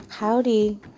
Howdy